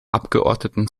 abgeordneten